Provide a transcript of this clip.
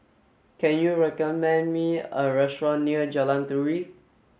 can you recommend me a restaurant near Jalan Turi